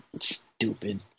stupid